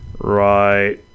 right